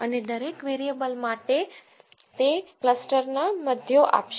અને દરેક વેરીએબલ માટે તે ક્લસ્ટર ના મધ્યો આપશે